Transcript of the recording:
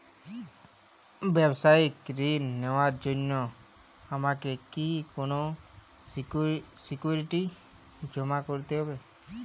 ব্যাবসায়িক ঋণ নেওয়ার জন্য আমাকে কি কোনো সিকিউরিটি জমা করতে হবে?